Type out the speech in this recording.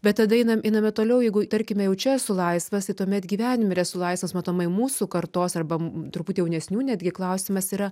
bet tada einam einame toliau jeigu tarkime jau čia esu laisvas tuomet gyvenime ir esu laisvas matomai mūsų kartos arba truputį jaunesnių netgi klausimas yra